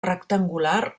rectangular